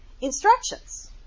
instructions